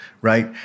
right